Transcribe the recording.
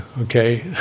okay